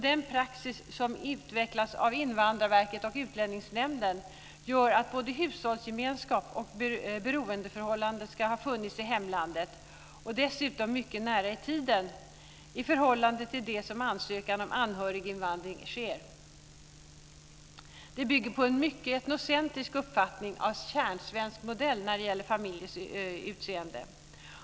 Den praxis som utvecklats av Invandrarverket och Utlänningsnämnden gör att både hushållsgemenskap och beroendeförhållande ska ha funnits i hemlandet och dessutom mycket nära i tiden i förhållande till det att ansökan om anhöriginvandring sker. Det bygger på en mycket etnocentrisk uppfattning av kärnsvensk modell när det gäller familjens utseende.